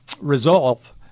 resolve